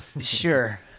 Sure